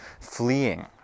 fleeing